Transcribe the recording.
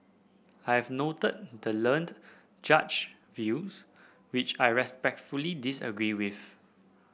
I have noted the learned Judge views which I respectfully disagree with